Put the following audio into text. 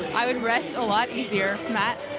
i would rest a lot easier. matt?